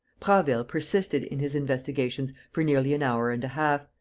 prasville persisted in his investigations for nearly an hour and a half,